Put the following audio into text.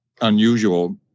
unusual